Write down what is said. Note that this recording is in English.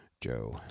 joe